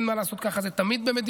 אין מה לעשות, ככה זה תמיד במדינה.